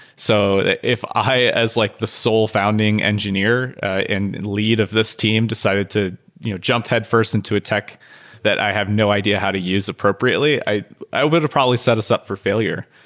so if i as like the sole founding engineer and lead of this team decided to you know jump headfirst into a tech that i have no idea how to use appropriately, i i would've probably set us up for failure.